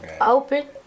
Open